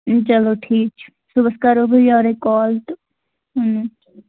چلو ٹھیٖک چھُ صُبَحس کَرہو بہٕ یورَے کال تہٕ